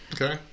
Okay